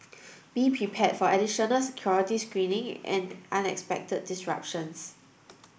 be prepared for additional security screening and unexpected disruptions